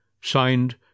Signed